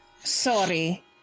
Sorry